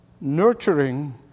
nurturing